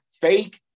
fake